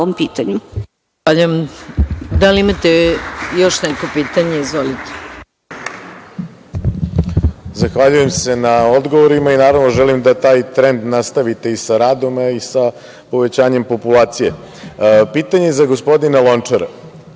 Zahvaljujem. Da li imate još neko pitanje? Izvolite. **Vojislav Vujić** Zahvaljujem se na odgovorima i želim da taj trend nastavite i sa radom, a i sa povećanjem populacije. Pitanje za gospodina Lončara.